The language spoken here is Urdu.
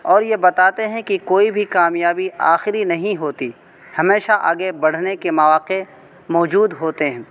اور یہ بتاتے ہیں کہ کوئی بھی کامیابی آخری نہیں ہوتی ہمیشہ آگے بڑھنے کے مواقع موجود ہوتے ہیں